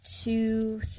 two